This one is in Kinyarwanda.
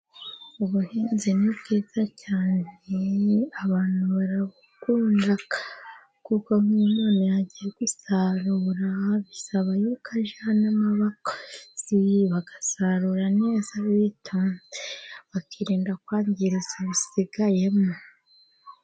Ubuhinzi ni bwiza cyane abantu barabukunda, kuko nk'iyo umuntu yagiye gusarura bisaba yuko ajyana n'abakozi, bagasarura neza bitonze, bakirinda kwangiza ibisigayemo.